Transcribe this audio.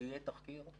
יהיה תחקיר,